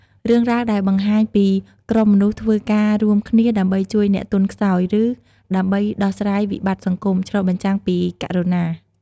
រឿងរ៉ាវដែលបង្ហាញពីក្រុមមនុស្សធ្វើការរួមគ្នាដើម្បីជួយអ្នកទន់ខ្សោយ ឬដើម្បីដោះស្រាយវិបត្តិសង្គម ឆ្លុះបញ្ចាំងពីករុណា។